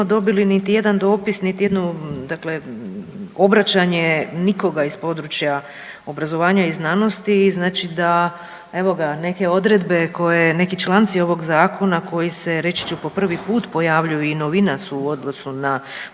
dobili niti jedan dopis niti jednu dakle obraćanje nikoga iz područja obrazovanja i znanosti, znači da evo ga, neke odredbe koje neki članci zakona koji su reći ću, po prvi put pojavljuju i novina su u odnosu na